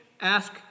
ask